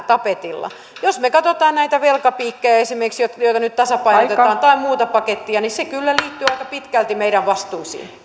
tapetilla jos me katsomme esimerkiksi näitä velkapiikkejä joita nyt tasapainotetaan tai muuta pakettia niin se kyllä liittyy aika pitkälti meidän vastuisiimme